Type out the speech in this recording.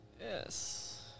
Yes